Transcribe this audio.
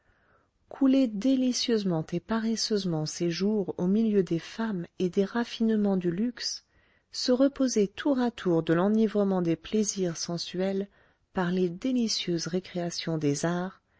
couler délicieusement et paresseusement ses jours au milieu des femmes et des raffinements du luxe se reposer tour à tour de l'enivrement des plaisirs sensuels par les délicieuses récréations des arts